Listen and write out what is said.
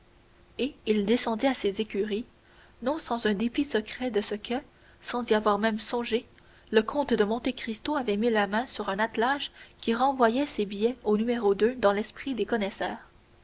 et il descendit à ses écuries non sans un dépit secret de ce que sans y avoir même songé le comte de monte cristo avait mis la main sur un attelage qui renvoyait ses bais au numéro dans l'esprit des connaisseurs